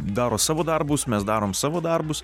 daro savo darbus mes darom savo darbus